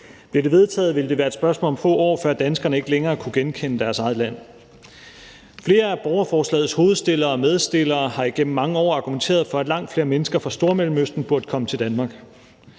Blev det vedtaget, ville det være et spørgsmål om få år, før danskerne ikke længere kunne genkende deres eget land. Flere af borgerforslagets hovedstillere og medstillere har igennem mange år argumenteret for, at langt flere mennesker fra Stormellemøsten burde komme til Danmark.